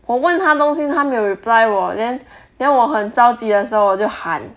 我问她东西她没有 reply 我 then then 我很着急的时候我就喊